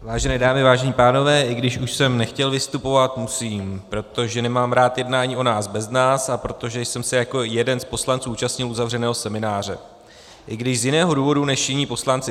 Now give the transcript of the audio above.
Vážené dámy, vážení pánové, i když už jsem nechtěl vystupovat, musím, protože nemám rád jednání o nás bez nás a protože jsem se jako jeden z poslanců účastnil uzavřeného semináře, i když z jiného důvodu než jiní poslanci.